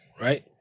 Right